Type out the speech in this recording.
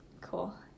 cool